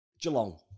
Geelong